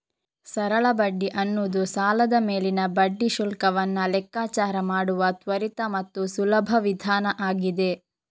ಸರಳ ಬಡ್ಡಿ ಅನ್ನುದು ಸಾಲದ ಮೇಲಿನ ಬಡ್ಡಿ ಶುಲ್ಕವನ್ನ ಲೆಕ್ಕಾಚಾರ ಮಾಡುವ ತ್ವರಿತ ಮತ್ತು ಸುಲಭ ವಿಧಾನ ಆಗಿದೆ